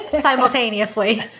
simultaneously